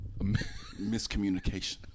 Miscommunication